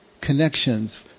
connections